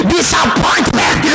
Disappointment